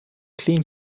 clean